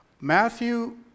Matthew